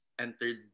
entered